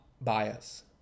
bias